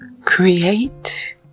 create